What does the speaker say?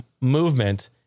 movement